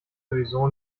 sowieso